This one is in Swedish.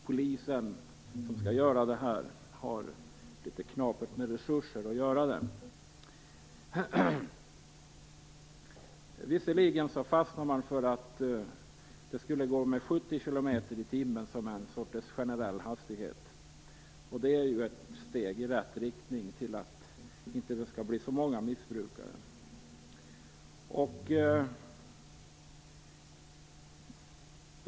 Polisen som skall göra det, har det ju litet knapert med resurser. Visserligen har man fastnat för 70 kilometer i timmen som en sorts generell hastighet. Det är ju ett steg i rätt riktning och kan ge färre missbrukare.